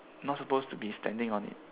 not supposed to be standing on it